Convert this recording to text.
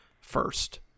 first